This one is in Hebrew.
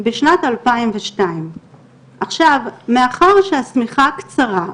בשנת 2002. עכשיו מאחר שהשמיכה קצרה,